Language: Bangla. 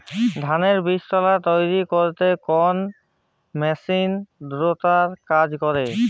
ধানের বীজতলা তৈরি করতে কোন মেশিন দ্রুততর কাজ করে?